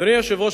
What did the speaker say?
אדוני היושב-ראש,